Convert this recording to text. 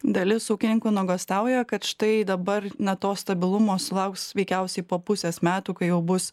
dalis ūkininkų nuogąstauja kad štai dabar na to stabilumo sulauks veikiausiai po pusės metų kai jau bus